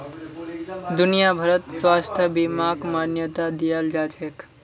दुनिया भरत स्वास्थ्य बीमाक मान्यता दियाल जाछेक